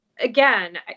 again